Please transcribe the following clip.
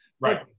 Right